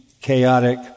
chaotic